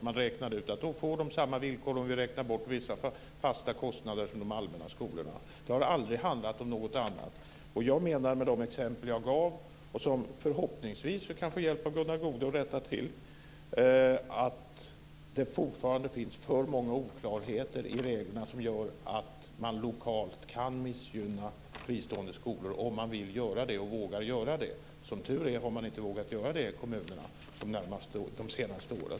Man räknade ut att de får samma villkor om vi räknar bort vissa fasta kostnader som de allmänna skolorna har. Det har aldrig handlat om något annat. Jag menar med de exempel jag gav, och som förhoppningsvis kan hjälpa Gunnar Goude att rätta till det, att det fortfarande finns för många oklarheter i reglerna som gör att man lokalt kan missgynna fristående skolor om man vill och vågar göra det. Som tur är har man inte vågat göra det i kommunerna de senaste åren.